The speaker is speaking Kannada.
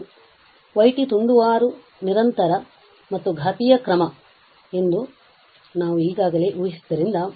ಮತ್ತು y ತುಂಡುವಾರು ನಿರಂತರ ಮತ್ತು ಘಾತೀಯ ಕ್ರಮ ಎಂದು ನಾವು ಈಗಾಗಲೇ ಊಹಿಸಿದ್ದರಿಂದ